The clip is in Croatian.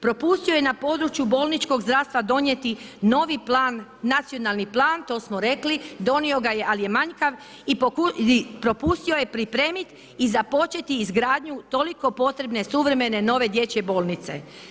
Propustio je na području bolničkog zdravstva donijeti novi plan, nacionalni plan to smo rekli, donio ga je ali je manjkav i propustio je pripremit i započeti izgradnju toliko potrebne suvremene nove dječje bolnice.